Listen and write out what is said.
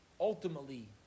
ultimately